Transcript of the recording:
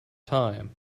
time